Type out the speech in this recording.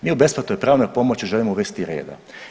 Mi u besplatnoj pravnoj pomoći želimo uvesti reda.